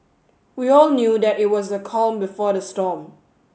we all knew that it was the calm before the storm